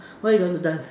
why you don't to dance